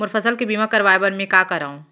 मोर फसल के बीमा करवाये बर में का करंव?